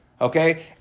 Okay